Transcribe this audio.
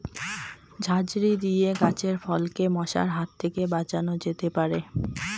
ঝাঁঝরি দিয়ে গাছের ফলকে মশার হাত থেকে বাঁচানো যেতে পারে?